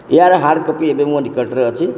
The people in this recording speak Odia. ଏହାର ହାର୍ଡ଼ କପି ଏବେ ମୋ ନିକଟରେ ଅଛି